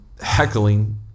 heckling